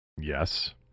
Yes